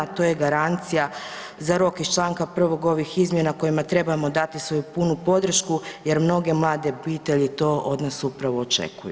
To je garancija za rok iz članka 1. ovih izmjena kojima trebamo dati svoju punu podršku, jer mnoge mlade obitelji to od nas upravo očekuju.